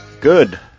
Good